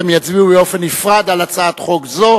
והם יצביעו באופן נפרד על הצעת חוק זו,